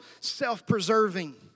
self-preserving